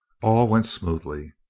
all went smoothly.